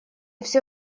всё